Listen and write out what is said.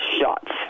shots